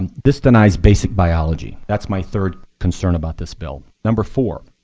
and this denies basic biology. that's my third concern about this bill. number four.